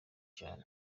cyane